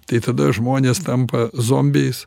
tai tada žmonės tampa zombiais